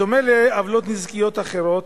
בדומה לעוולות נזיקיות אחרות,